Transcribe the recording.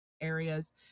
areas